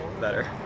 better